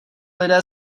lidé